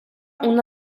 una